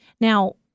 Now